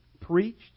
Preached